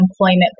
employment